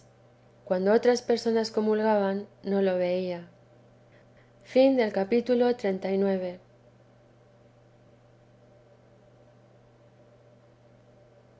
cuando otras personas comulgaban no lo veía